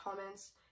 comments